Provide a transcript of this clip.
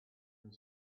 and